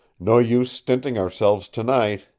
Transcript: no use stinting ourselves tonight!